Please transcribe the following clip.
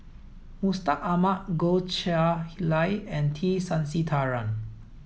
Mustaq Ahmad Goh Chiew Lye and T Sasitharan